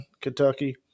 Kentucky